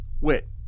Wit